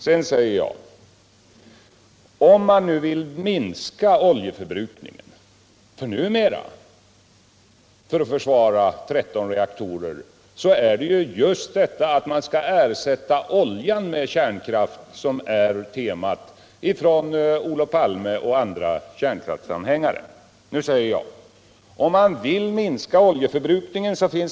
Temat för Olof Palme och andra kärnkraftsanhängare när det gäller att försvara 13 reaktorer är ju numera att man skall ersätta oljan med kärnkraft. Det finns i princip två vägar att gå om man vill minska oljeförbrukningen.